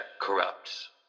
corrupts